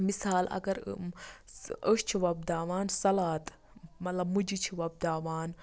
مِثال اگر أسۍ چھِ وۄپداوان سَلات مَطلَب مُجہِ چھِ وۄپداوان